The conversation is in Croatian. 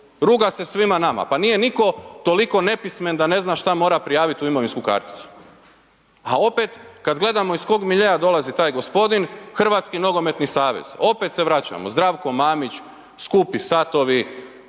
ruga se svima nama. Pa nije nitko toliko nepismen da ne zna šta mora prijaviti u imovinsku karticu. A opet kad gledamo iz kojeg miljea dolazi taj gospodin, Hrvatski nogometni savez, opet se vraćamo, Zdravko Mamić, skupi satovi,